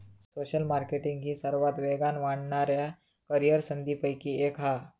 social marketing ही सर्वात वेगान वाढणाऱ्या करीअर संधींपैकी एक हा